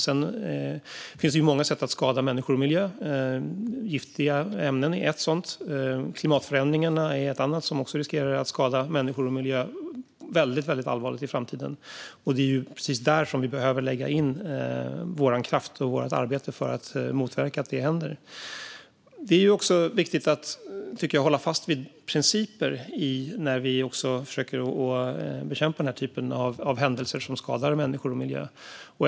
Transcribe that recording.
Sedan finns det många sätt att skada människor och miljö. Giftiga ämnen är ett. Klimatförändringarna är ett annat som riskerar att skada människor och miljö väldigt allvarligt i framtiden. Det är precis där vi behöver lägga vår kraft och vårt arbete för att motverka att det händer. Det är också viktigt, tycker jag, att hålla fast vid principer när vi försöker bekämpa händelser som skadar människor och miljö.